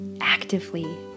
actively